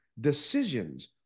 decisions